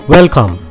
Welcome